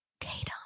Tatum